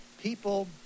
people